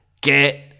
get